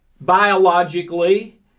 biologically